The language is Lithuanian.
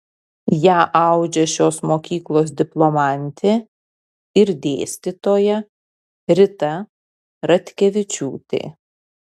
ją audžia šios mokyklos diplomantė ir dėstytoja rita ratkevičiūtė